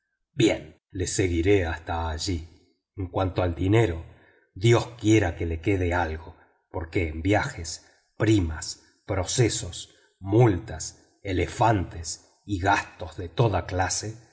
bien le seguiré hasta allí en cuanto al dinero dios quiera que le quede algo porque en viajes primas procesos multas elefantes y gastos de toda clase